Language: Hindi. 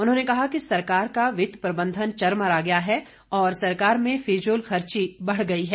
उन्होंने कहा कि सरकार का वित्त प्रबंधन चरमरा गया है और सरकार में फिजूलखर्ची बढ़ गई है